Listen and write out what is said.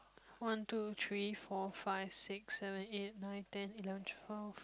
one two three four five six seven eight nine ten eleven twelve